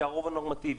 כי הרוב הוא נורמטיבי.